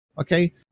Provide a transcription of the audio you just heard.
Okay